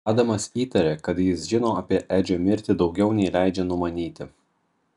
adamas įtarė kad jis žino apie edžio mirtį daugiau nei leidžia numanyti